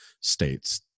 states